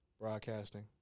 broadcasting